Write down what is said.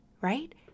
right